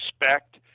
respect